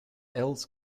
else